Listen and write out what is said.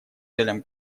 целям